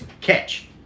Catch